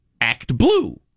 ActBlue